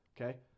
okay